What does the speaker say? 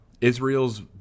Israel's